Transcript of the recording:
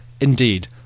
Indeed